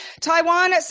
Taiwan